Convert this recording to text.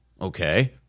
Okay